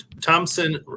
Thompson